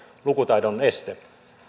lukutaidon este